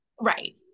Right